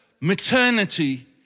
maternity